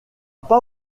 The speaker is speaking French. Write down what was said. pas